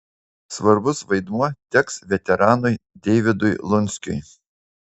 svarbus vaidmuo teks veteranui deivydui lunskiui